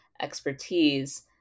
expertise